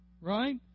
right